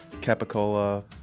capicola